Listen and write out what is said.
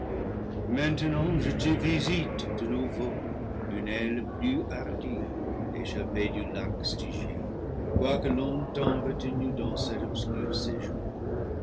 maintenant je te visite de nouveau d'une aile plus hardie échappé du lac stygien quoique longtemps retenu dans cet obscur